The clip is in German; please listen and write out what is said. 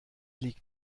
liegt